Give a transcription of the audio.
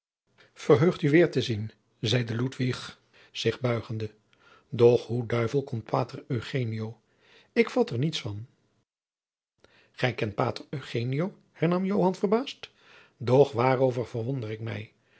verheugd u weêr te zien zeide ludwig zich buigende doch hoe duivel komt pater eugenio ik vat er niets van gij kent pater eugenio hernam joan verbaasd doch waarover verwonder ik mij